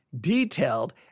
detailed